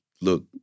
look